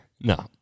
No